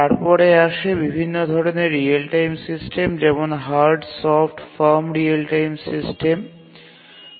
তারপরে আসে বিভিন্ন ধরণের রিয়েল টাইম সিস্টেম যেমন হার্ড সফট এবং firm real time system soft and firm real time systems